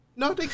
No